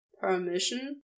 Permission